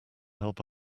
help